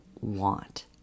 want